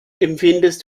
empfindest